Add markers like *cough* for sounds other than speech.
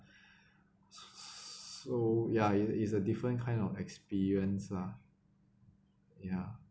*breath* so ya it it's a different kind of experience lah ya